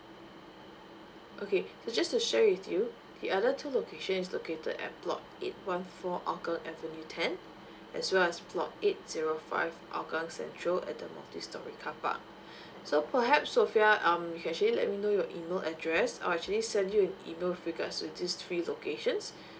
okay so just to share with you the other two location is located at block eight one four hougang avenue ten as well as block eight zero five hougang central at the multi storey car park so perhaps sofea um you can actually let me know your email address I'll actually send you an email with regards to these three locations